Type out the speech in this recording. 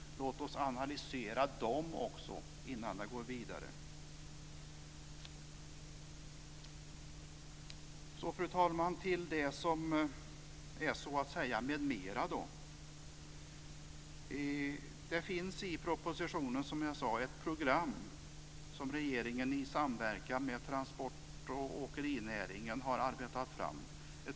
Låt oss analysera också detta innan vi går vidare. Fru talman! Så över till detta med "med mera". Det finns i propositionen ett program med 14 punkter som regeringen i samverkan med transport och åkerinäringen har arbetat fram.